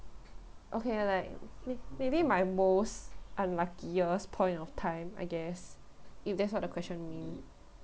okay like may maybe my most unluckiest point of time I guess if that's what the question mean